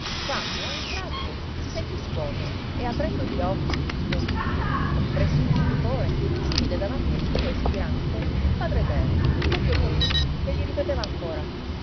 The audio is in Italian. quando a un tratto si sentí scuotere e aprendo gli occhi stordito oppresso di stupore si vide davanti vivo e spirante il padre eterno proprio lui che gli ripeteva ancora